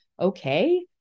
okay